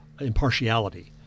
impartiality